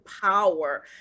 power